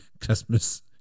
Christmas